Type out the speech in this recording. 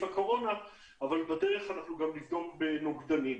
הקורונה אבל בדרך אנחנו גם נבדוק בנוגדנים.